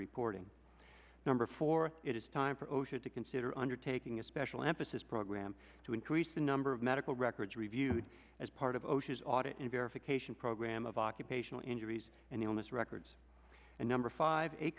reporting number four it is time for osha to consider undertaking a special emphasis program to increase the number of medical records reviewed as part of osha's audit and verification program of occupational injuries and illness records and number five